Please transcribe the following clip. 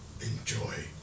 enjoy